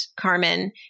Carmen